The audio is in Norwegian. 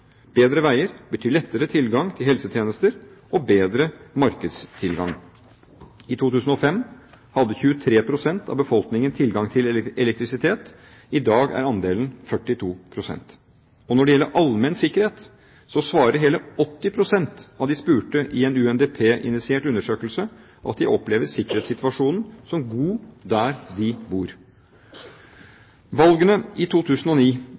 Bedre veier betyr lettere tilgang til helsetjenester og bedre markedstilgang. I 2005 hadde 23 pst. av befolkningen tilgang til elektrisitet. I dag er andelen 42 pst. Når det gjelder allmenn sikkerhet, svarer hele 80 pst. av de spurte i en UNDP-initiert undersøkelse at de opplever sikkerhetssituasjonen som god der de bor. Valgene i august 2009